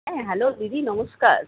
হ্যাঁ হ্যালো দিদি নমস্কার